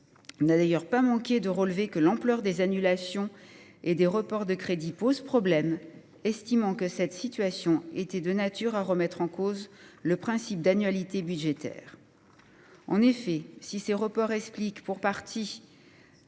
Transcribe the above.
n’a d’ailleurs pas manqué de relever que l’ampleur des annulations et des reports de crédits posait problème, estimant que cette situation était de nature à remettre en cause le principe d’annualité budgétaire. En effet, si ces reports s’expliquent pour partie